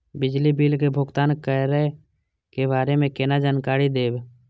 बिजली बिल के भुगतान करै के बारे में केना जानकारी देब?